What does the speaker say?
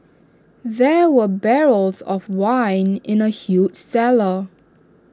there were barrels of wine in the huge cellar